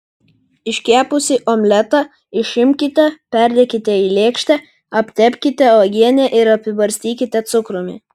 iškepusį omletą išimkite perdėkite į lėkštę aptepkite uogiene ir apibarstykite cukrumi